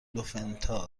لوفتانزا